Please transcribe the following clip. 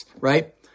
right